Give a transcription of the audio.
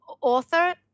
author